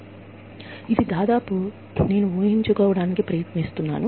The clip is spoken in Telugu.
మీరందరూ ఈ కుర్చీలపై కూర్చున్నారు అని దాదాపు ఇది నేను ఊహించుకోవడానికి ప్రయత్నిస్తున్నాను